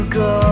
go